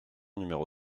numéro